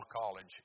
college